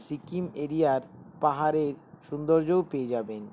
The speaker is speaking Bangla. সিকিম এরিয়ার পাহাড়ের সুন্দর্যও পেয়ে যাবেন